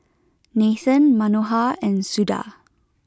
Nathan Manohar and Suda